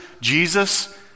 Jesus